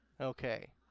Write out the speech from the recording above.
Okay